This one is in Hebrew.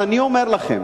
ואני אומר לכם